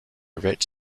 rich